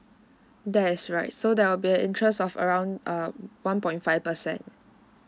that's right so there will be a interest of around um one point five percent